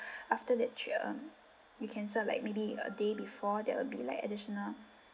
after that three um you cancel like maybe a day before that will be like additional